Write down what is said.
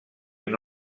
una